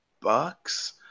Bucks